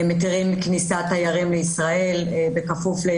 מתירים כניסת תיירים לישראל בכפוף להיות